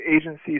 agencies